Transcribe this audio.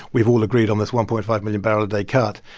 we've all agreed on this one point five million barrel a day cut.